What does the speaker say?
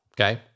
okay